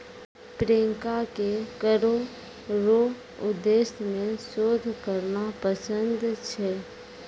प्रियंका के करो रो उद्देश्य मे शोध करना पसंद छै